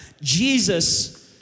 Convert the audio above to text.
Jesus